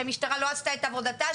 שהמשטרה לא עשתה את עבודתה.